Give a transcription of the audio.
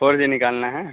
four G نکالنا ہے